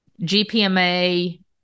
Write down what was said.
GPMA